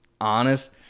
honest